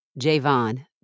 Javon